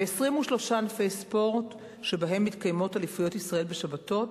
ב-23 ענפי ספורט שבהם מתקיימות אליפויות ישראל בשבתות,